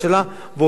ועושים הכול.